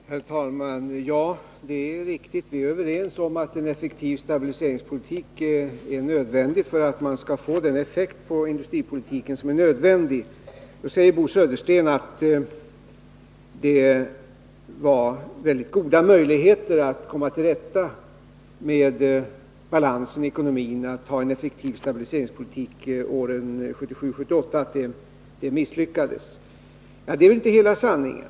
Herr talman! Det är riktigt — vi är överens om att en effektiv stabiliseringspolitik är nödvändig för att man skall få den effekt på industripolitiken som är nödvändig. Då säger Bo Södersten att det var mycket goda möjligheter att komma till rätta med balansen i ekonomin och föra en effektiv stabiliseringspolitik åren 1977-1978 men att det misslyckades. Det är inte hela sanningen.